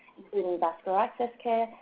including vascular access care,